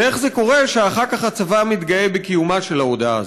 ואיך זה קורה שאחר כך הצבא מתגאה בקיומה של ההודאה הזו.